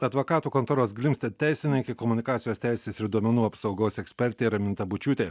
advokatų kontoros glimstet teisininkė komunikacijos teisės ir duomenų apsaugos ekspertė raminta bučiūtė